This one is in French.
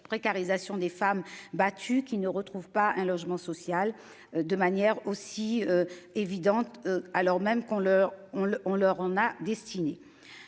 précarisation des femmes battues qu'ne retrouve pas un logement social de manière aussi évidente. Alors même qu'on leur on le, on